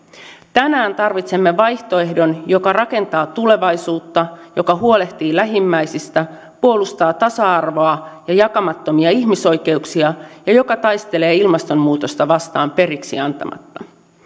tänään tarvitsemme vaihtoehdon joka rakentaa tulevaisuutta joka huolehtii lähimmäisistä puolustaa tasa arvoa ja jakamattomia ihmisoikeuksia ja joka taistelee ilmastonmuutosta vastaan periksi antamatta